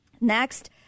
Next